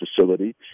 facility